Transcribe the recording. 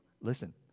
listen